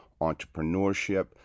entrepreneurship